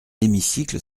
l’hémicycle